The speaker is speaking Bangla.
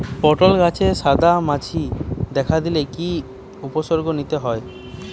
পটল গাছে সাদা মাছি দেখা দিলে কি কি উপসর্গ নিতে হয়?